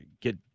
get